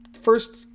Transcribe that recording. first